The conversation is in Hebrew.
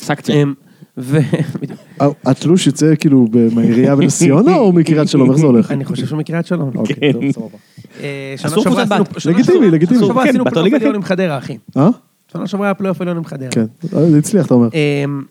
סקטים. התלוש יוצא כאילו מהעירייה בנן ציונה או מקרית שלום? איך זה הולך? אני חושב שהוא מקרית שלום. אוקיי, טוב סבבה. שנה שעברה עשינו פליאוף עם חדרה, אחי. אה? שנה שעברה היה פליאוף עליון עם חדרה. זה הצליח, אתה אומר.